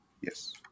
Yes